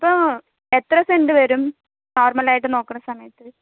അപ്പോൾ എത്ര സെൻറ്റ് വരും നോർമലായിട്ട് നോക്കുന്ന സമയത്ത്